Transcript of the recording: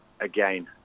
again